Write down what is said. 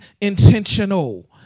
intentional